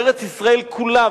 ארץ-ישראל כולה,